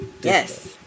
Yes